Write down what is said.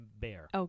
Bear